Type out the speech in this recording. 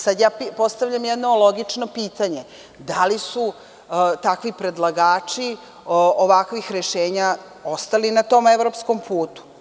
Sad ja postavljam jedno logično pitanje – da li su takvi predlagači ovakvih rešenja ostali na tom evropskom putu,